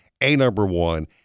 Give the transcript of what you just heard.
A-number-one